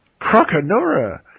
Croconora